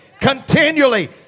continually